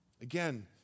Again